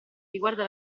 riguarda